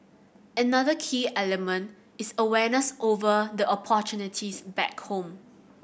another key element is awareness over the opportunities back home